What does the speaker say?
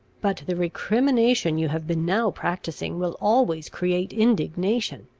but the recrimination you have been now practising, will always create indignation.